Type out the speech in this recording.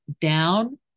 down